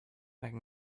can